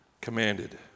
commanded